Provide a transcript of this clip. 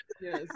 Yes